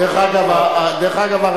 דרך אגב,